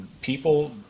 people